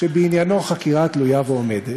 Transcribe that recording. כשבעניינו חקירה תלויה ועומדת.